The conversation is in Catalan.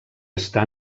està